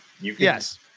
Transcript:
Yes